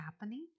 happening